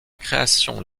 création